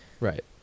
Right